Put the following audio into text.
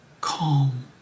calm